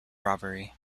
robbery